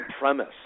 premise